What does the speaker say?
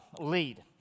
lead